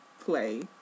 play